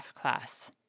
class